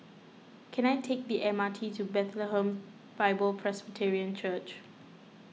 can I take the M R T to Bethlehem Bible Presbyterian Church